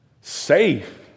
Safe